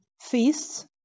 feasts